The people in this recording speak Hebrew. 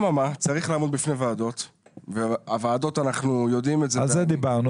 אבל צריך לעמוד בפני ועדות --- על זה דיברנו.